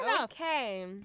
Okay